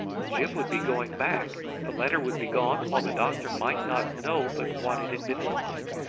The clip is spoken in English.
gyp would be going back. the letter would be gone, while the doctor might not know but what it had been lost.